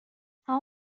how